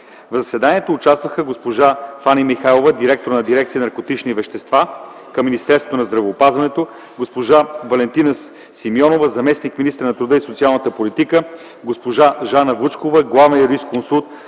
В заседанието участваха: госпожа Фани Михайлова – директор на дирекция „Наркотични вещества” към Министерството на здравеопазването, госпожа Валентина Симеонова – заместник-министър на труда и социалната политика, госпожа Жана Вучкова – главен юрисконсулт